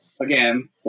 again